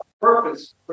purpose